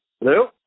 Hello